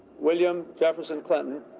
william jefferson clinton,